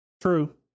True